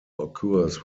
occurs